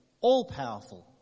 all-powerful